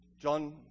John